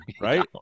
right